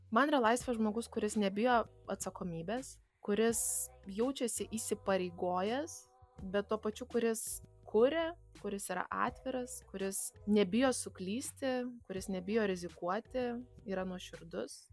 man yra laisvas žmogus kuris nebijo atsakomybės kuris jaučiasi įsipareigojęs bet tuo pačiu kuris kuria kuris yra atviras kuris nebijo suklysti kuris nebijo rizikuoti yra nuoširdus